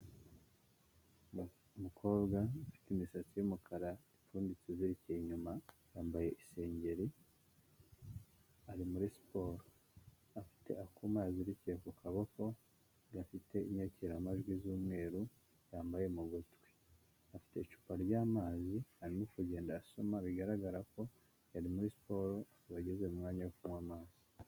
Umukobwa ufite imisatsi y'umukara ipfunditse izirikiye inyuma, yambaye isengeri ari muri siporo, afite akuma yazirikiye ku kaboko gafite inyakiramajwi z'umweru yambaye mu gutwi. Afite icupa ry'amazi arimo kugenda asoma bigaragara ko yari muri siporo akaba ageze mu mwanya wo kunywa amazi.